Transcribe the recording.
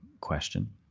question